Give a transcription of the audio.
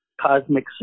cosmic